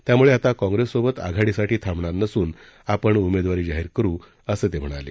त्यामुळे आता काँग्रेससोबत आघाडीसाठी थांबणार नसून आपण उमेदवार जाहिर करू असं ते म्हणाले